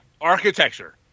architecture